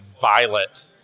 violet